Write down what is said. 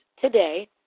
today